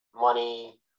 money